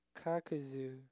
Kakuzu